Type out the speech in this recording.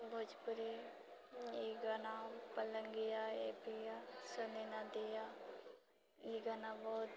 भोजपुरी ई गाना पलङ्गिया ए पिया सोने न दिया ई गाना बहुत